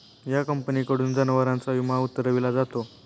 या कंपनीकडून जनावरांचा विमा उतरविला जातो